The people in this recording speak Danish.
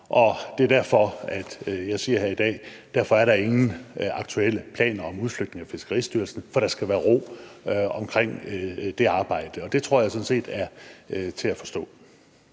Det er derfor, jeg her i dag siger, at der ingen aktuelle planer er om en udflytning af Fiskeristyrelsen, for der skal være ro omkring det arbejde. Det tror jeg sådan set er til at forstå.